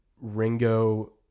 Ringo